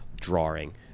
drawing